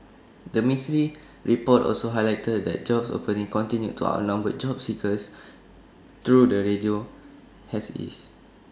the ministry's report also highlighted that job openings continued to outnumber job seekers though the ratio has eased